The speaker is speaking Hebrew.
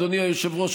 אדוני היושב-ראש,